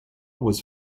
was